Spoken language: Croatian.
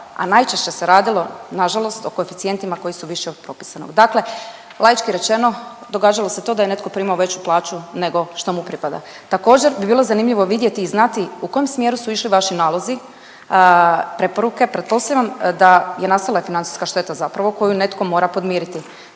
a najčešće se radilo nažalost o koeficijentima koji su viši od propisanog, dakle laički rečeno događalo se to da je netko primao veću plaću nego što mu pripada. Također bi bilo zanimljivo vidjeti i znati u kojem smjeru su išli vaši nalozi i preporuke. Pretpostavljam da je nastala financijska šteta zapravo koju netko mora podmiriti.